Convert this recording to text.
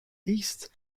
east